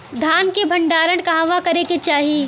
धान के भण्डारण कहवा करे के चाही?